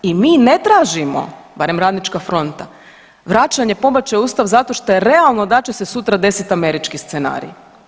I mi ne tražimo, barem Radnička fronta vraćanje pobačaja u Ustav zato šta je realno da će se sutra desiti američki scenarij.